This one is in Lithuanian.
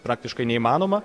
praktiškai neįmanoma